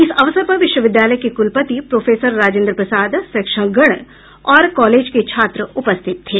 इस अवसर पर विश्वविद्यालय के कुलपति प्रोफेसर राजेन्द्र प्रसाद शिक्षकगण और कॉलेज के छात्र उपस्थित थे